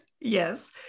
Yes